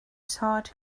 sought